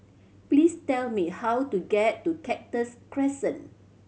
please tell me how to get to Cactus Crescent